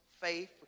faith